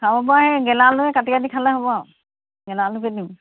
খাব পৰা সেই গেলা আলুয়ে কাটি কাটি খালে হ'ব আৰু গেলা আলুকে দিম